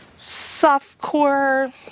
softcore